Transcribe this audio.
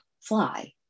fly